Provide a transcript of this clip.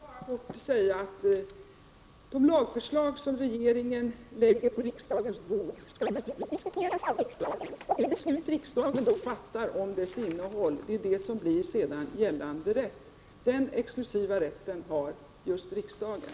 Herr talman! Jag vill kortfattat säga att de lagförslag som regeringen lägger på riksdagens bord naturligtvis skall diskuteras av riksdagen. Och de beslut som riksdagen då fattar blir gällande rätt. Den exklusiva rätten har just riksdagen.